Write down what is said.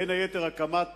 בין היתר הקמת